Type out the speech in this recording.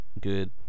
good